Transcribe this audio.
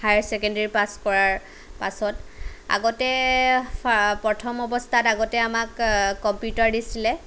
higher secondary pass কৰাৰ পাছত আগতে প্ৰথম অৱস্থাত আগতে আমাক কম্পিউটাৰ দিছিলে